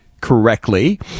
correctly